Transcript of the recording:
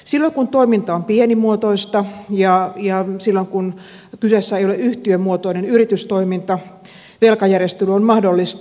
silloin kun toiminta on pienimuotoista ja silloin kun kyseessä ei ole yhtiömuotoinen yritystoiminta velkajärjestely on mahdollista